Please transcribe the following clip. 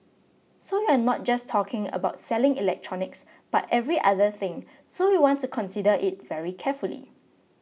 so you're not just talking about selling electronics but every other thing so we want to consider it very carefully